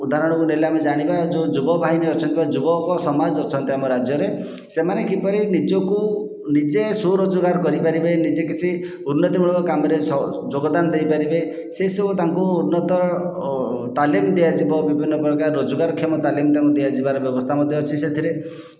ଉଦାହରଣକୁ ନେଲେ ଆମେ ଜାଣିବା ଯେଉଁ ଯୁବ ବାହିନୀ ଅଛନ୍ତି ଯୁବକ ସମାଜ ଅଛନ୍ତି ଆମ ରାଜ୍ୟରେ ସେମାନେ କିପରି ନିଜକୁ ନିଜେ ସ୍ଵରୋଜଗାର କରିପାରିବେ ନିଜେ କିଛି ଉନ୍ନତି ମୂଳକ କାମରେ ଯୋଗଦାନ ଦେଇପାରିବ ସେ ସବୁ ତାଙ୍କୁ ଉନ୍ନତ ତାଲିମ ଦିଆଯିବ ବିଭିନ୍ନ ପ୍ରକାର ରୋଜଗାର କ୍ଷମ ତାଲିମ ତାଙ୍କୁ ଦିଆଯିବାର ବ୍ୟବସ୍ଥା ମଧ୍ୟ ଅଛି ସେଥିରେ